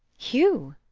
hugh?